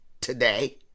today